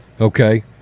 Okay